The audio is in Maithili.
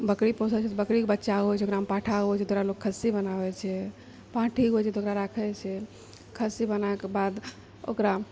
बकरी पोषए छै तऽ बकरीके बच्चा होइत छै ओकरामे पाठा होइत छै तऽ ओकरा लोक खस्सी बनाब छै पाठी होइछ त ओकरा राखय छै खस्सी बनाएके बाद ओकरा